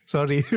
Sorry